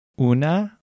¿Una